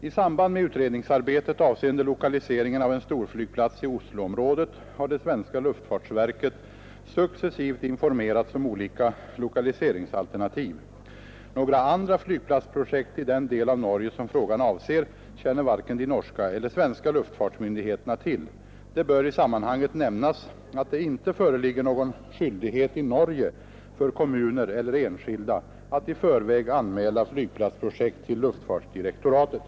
I samband med utredningsarbetet avseende lokaliseringen av en storflygplats i Osloområdet har det svenska luftfartsverket successivt informerats om olika lokaliseringsalternativ. Några andra flygplatsprojekt i den del av Norge som frågan avser känner varken de norska eller svenska luftfartsmyndigheterna till. Det bör i sammanhanget nämnas att det inte föreligger någon skyldighet i Norge för kommuner eller enskilda att i förväg anmäla flygplatsprojekt till luftfartsdirektoratet.